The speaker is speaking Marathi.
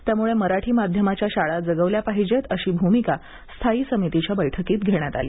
त्यामुळे मराठी माध्यमाच्या शाळा जगवल्या पाहिजेत अशी भूमिका स्थायी समितीच्या बैठकीत घेण्यात आली